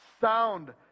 sound